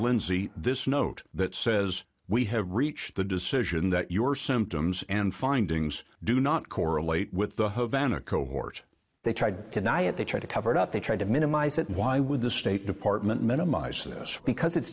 lindsay this note that says we have reached the decision that your symptoms and findings do not correlate with the van a cohort they tried to diet they tried to cover it up they tried to minimize it why would the state depart minimize this because it's